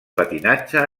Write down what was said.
patinatge